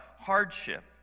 hardship